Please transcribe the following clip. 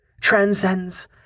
transcends